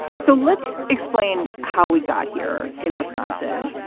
so let's explain how we got here in wisconsin.